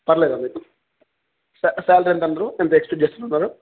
పర్లేదుా మీకు సాలరీ ఎంతందరూ ఎంత ఎక్స్ట చేస్తున్నారు